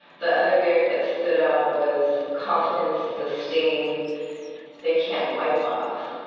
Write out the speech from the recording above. the other lyric that stood out was confidence is a stain they can't wipe off.